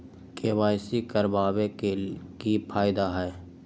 KYC करवाबे के कि फायदा है?